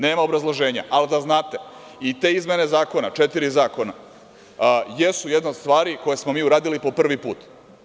Nema obrazloženja, ali da znate, i te izmene zakona, četiri zakona jesu jedna od stvari koje smo mi uradili po prvi put.